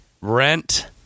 rent